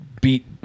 beat